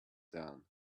done